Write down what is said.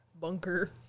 bunker